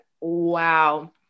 wow